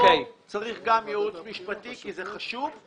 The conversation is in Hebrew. כאן צריך גם ייעוץ משפטי כי זה חשוב.